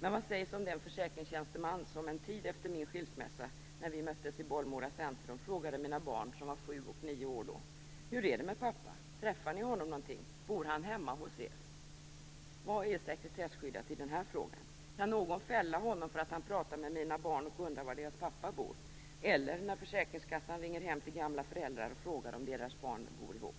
Men vad sägs om den försäkringstjänsteman som, en tid efter min skilsmässa när vi möttes i Bollmora centrum, frågade mina barn, som då var 7 och 9 år: Hur är det med pappa, träffar ni honom någonting, bor han hemma hos er? Vad är sekretesskyddat i den frågan? Kan någon fälla honom för att han pratar med mina barn och undrar var deras pappa bor? Eller när försäkringskassan ringer hem till gamla föräldrar och frågar om deras barn bor ihop?